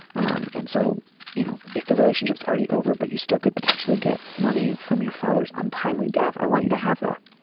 um and so you know if the relationship is already over but you still could potentially get money from your father's untimely death i want you to have that.